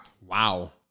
Wow